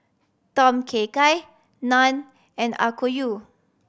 Tom Kha Gai Naan and Okayu